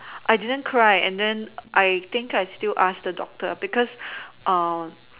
I didn't cry and then I think I still asked the doctor because